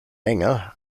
länger